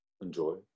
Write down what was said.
enjoy